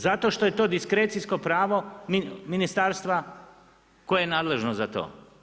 Zato što je to diskrecijsko pravo ministarstva koje je nadležno za to.